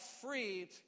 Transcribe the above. free